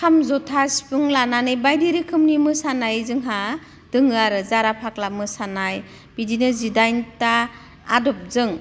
खाम जथा सिफुं लानानै बायदि रोखोमनि मोसानाय जोंहा दोङो आरो जारा फाग्ला मोसानाय बिदिनो जिदाइनथा आदबजों